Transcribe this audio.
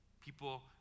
People